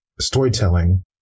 storytelling